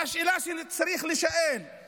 והשאלה שצריכה להישאל היא